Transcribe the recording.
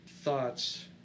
thoughts